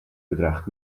bedraagt